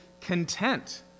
content